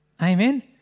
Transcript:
Amen